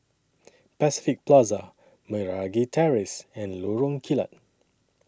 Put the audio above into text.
Pacific Plaza Meragi Terrace and Lorong Kilat